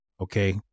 Okay